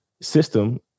system